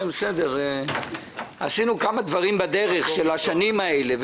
כן, בסדר, עשינו כמה דברים בדרך של השנים האלה.